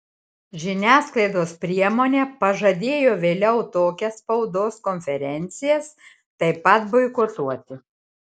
žiniasklaidos priemonė pažadėjo vėliau tokias spaudos konferencijas taip pat boikotuoti